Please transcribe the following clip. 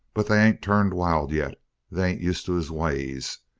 but they ain't turned wild yet they ain't used to his ways.